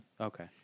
Okay